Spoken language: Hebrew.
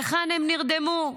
היכן הם נרדמו?